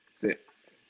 fixed